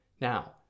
Now